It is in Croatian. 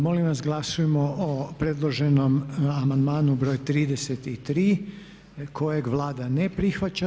Molim vas glasujmo o predloženom amandmanu br. 33. kojeg Vlada ne prihvaća.